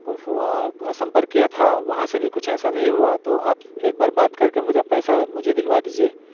को संपर्क किया था वहाँ से भी कुछ ऐसा नहीं हुआ तो आप एक बार बात कर के मुझे पैसा मुझे दिलवा दीजिए